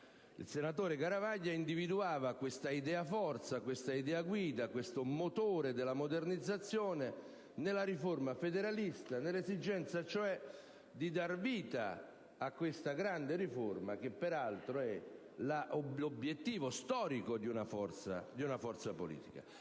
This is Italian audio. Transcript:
Il senatore Garavaglia individuava questa idea forza, questa idea guida, questo motore della modernizzazione nel federalismo, nell'esigenza cioè di dar vita a questa grande riforma che peraltro è l'obiettivo storico di una forza politica.